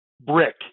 brick